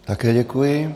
Také děkuji.